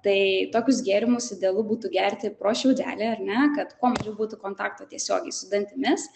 tai tokius gėrimus idealu būtų gerti pro šiaudelį ar ne kad kuo mažiau būtų kontakto tiesiogiai su dantimis